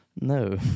No